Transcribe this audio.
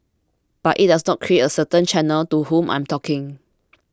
but it does create a certain channel to whom I'm talking